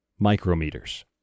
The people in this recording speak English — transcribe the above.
micrometers